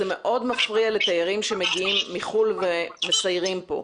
זה מאוד מפריע לתיירים שמגיעים מחוץ לארץ ומסיירים פה.